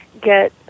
get